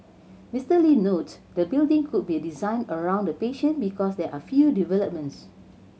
Mister Lee note the building could be designed around the patient because there are a few developments